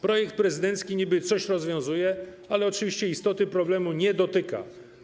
Projekt prezydencki niby coś rozwiązuje, ale oczywiście istoty problemu nie dotyka.